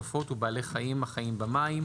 עופות ובעלי חיים החיים במים",